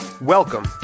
Welcome